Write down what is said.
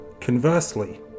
Conversely